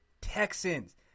Texans